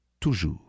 toujours